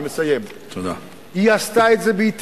היא עשתה את זה באטיות.